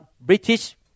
British